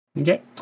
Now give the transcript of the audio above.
Okay